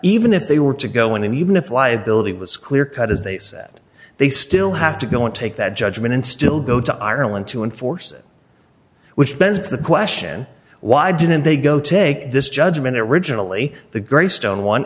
even if they were to go in and even if liability was clear cut as they said they still have to go and take that judgment and still go to ireland to enforce it which begs the question why didn't they go take this judgment originally the greystone